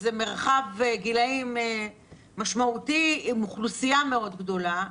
זה מרחב גילאים משמעותי עם אוכלוסייה מאוד גדולה.